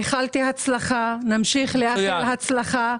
איחלתי הצלחה, נמשיך לאחל הצלחה.